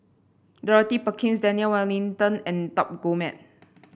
Dorothy Perkins Daniel Wellington and Top Gourmet